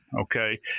okay